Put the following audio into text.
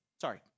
sorry